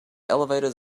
elevators